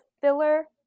filler